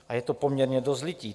A je to poměrně dost lidí.